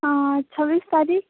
अँ छब्बिस तारिक